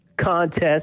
contest